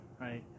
right